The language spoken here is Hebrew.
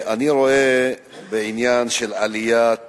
אני רואה בהתייחסות לעניין של עליית